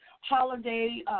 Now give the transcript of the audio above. holiday